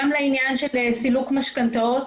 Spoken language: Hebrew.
גם לעניין שבסילוק משכנתאות,